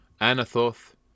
Anathoth